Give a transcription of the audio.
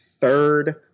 third